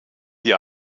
die